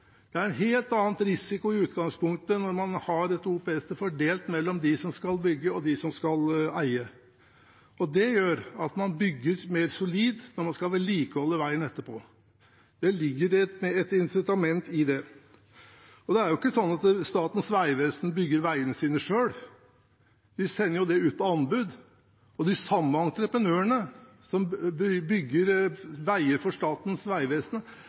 Det er en helt annen risiko i utgangspunktet når man har et OPS. Det er da fordelt mellom dem som skal bygge, og dem som skal eie, og det gjør at man bygger mer solid når man skal vedlikeholde veien etterpå. Det ligger et incitament i det. Statens vegvesen bygger jo ikke veiene sine selv. De sender det ut på anbud, og de samme entreprenørene som bygger veier for Statens